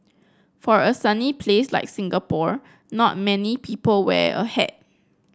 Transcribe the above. for a sunny place like Singapore not many people wear a hat